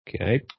Okay